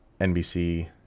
NBC